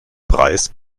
preis